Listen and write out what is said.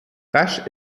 rasch